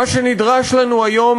מה שנדרש לנו היום,